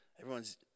everyone's